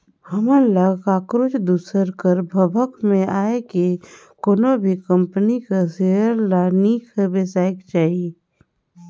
हमन ल काकरो दूसर कर भभक में आए के कोनो भी कंपनी कर सेयर ल नी बेसाएक चाही